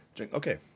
Okay